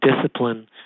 discipline